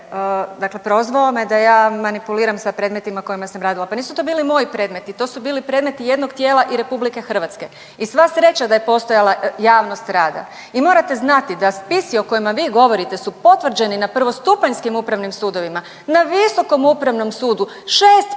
dakle prozvao me da ja manipuliram sa predmetima kojima sam radila. Pa nisu to bili moji predmeti, to su bili predmeti jednog tijela i Republike Hrvatske. I sva sreća da je postojala javnost rada. I morate znati da spisi o kojima vi govorite su potvrđeni na prvostupanjskim Upravnim sudovima. Na Visokom upravnom sudu šest punih